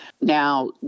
now